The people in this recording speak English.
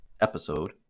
episode